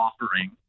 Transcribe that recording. offering